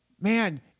Man